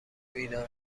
بیدار